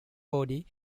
body